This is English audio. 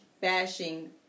bashing